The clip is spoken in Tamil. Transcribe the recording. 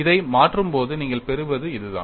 இதை மாற்றும்போது நீங்கள் பெறுவது இதுதான்